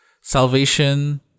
salvation